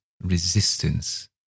resistance